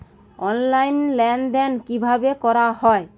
Online লেনদেন কিভাবে করা হয়?